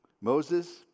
Moses